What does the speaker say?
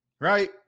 Right